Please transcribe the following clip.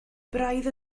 braidd